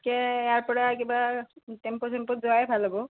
তাতকৈ ইয়াৰ পৰা কিবা টেম্পো চেম্পোত যোৱাই ভাল হ'ব